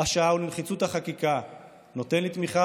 השעה ולנחיצות החקיקה נותן לי תמיכה